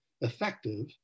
effective